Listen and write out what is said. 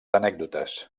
anècdotes